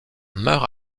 meurt